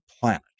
planet